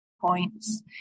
points